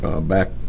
back